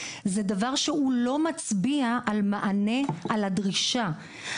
זה דבר שלא מצביע על מענה על הדרישה.